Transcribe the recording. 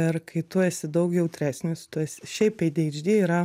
ir kai tu esi daug jautresnis tu esi šiaip adhd yra